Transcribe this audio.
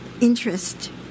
interest